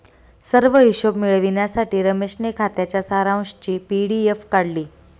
सर्व हिशोब मिळविण्यासाठी रमेशने खात्याच्या सारांशची पी.डी.एफ काढली